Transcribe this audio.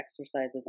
exercises